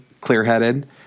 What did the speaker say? clear-headed